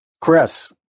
Chris